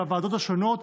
בוועדות השונות,